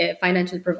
financial